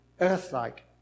Earth-like